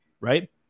Right